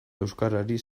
euskarari